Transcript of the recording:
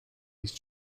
east